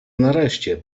nareszcie